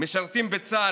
משרתים בצה"ל,